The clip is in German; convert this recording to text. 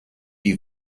die